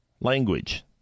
language